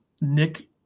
Nick